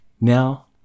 Now